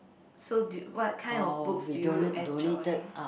so do what kind of books do you enjoy